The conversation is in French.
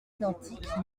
identiques